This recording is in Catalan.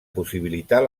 possibilitar